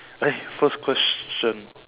eh first question